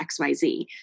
xyz